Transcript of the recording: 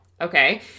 Okay